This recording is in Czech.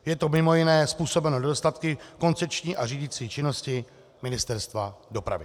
Je to mimo jiné způsobeno nedostatky v koncepční a řídicí činnosti Ministerstva dopravy.